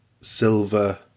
silver